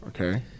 Okay